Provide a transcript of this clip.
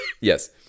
Yes